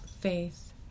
faith